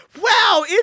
wow